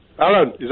Alan